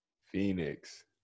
Phoenix